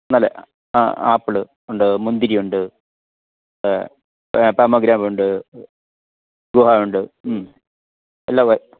നല്ല ആപ്പിൾ ഉണ്ട് മുന്തിരിയുണ്ട് പൊമോഗ്രാമുണ്ട് ഗുവാ ഉണ്ട് ഉം എല്ലാം